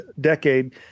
decade